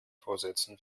fortsetzen